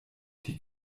die